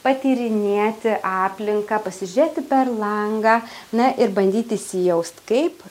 patyrinėti aplinką pasižiūrėti per langą na ir bandyt įsijaust kaip